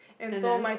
and then